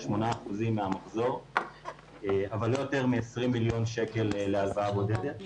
8% מהמחזור אבל לא יותר מ-20 מיליון שקל להלוואה בודדת.